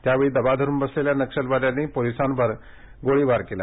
त्यावेळी दबा धरून बसलेल्या नक्षलवाद्यांनी पोलिसांवर बेछूट गोळीबार केला